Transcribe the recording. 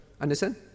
understand